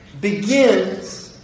begins